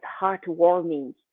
heartwarming